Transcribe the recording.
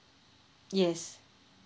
yes